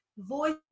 Voice